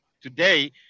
Today